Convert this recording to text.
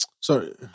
Sorry